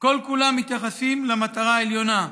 שכל-כולם מתייחסים למטרה העליונה: